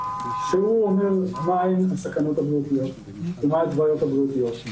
שהוא אומר מה הן הסכנות וההתוויות הבריאותיות,